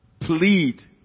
plead